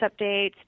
updates